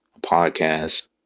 Podcast